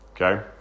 Okay